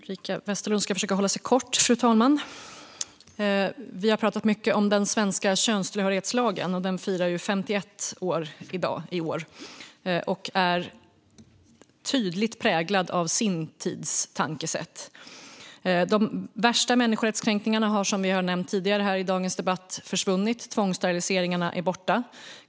Fru talman! Ulrika Westerlund ska försöka hålla sig kort, fru talman. Vi har pratat mycket om den svenska könstillhörighetslagen, som firar 51 år i år och som är tydligt präglad av sin tids tankesätt. De värsta människorättskränkningarna har försvunnit, som vi har nämnt tidigare här i dagens debatt. Tvångssteriliseringarna är borta.